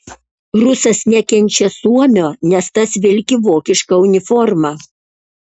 rusas nekenčia suomio nes tas vilki vokišką uniformą